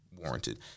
warranted